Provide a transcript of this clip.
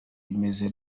imeze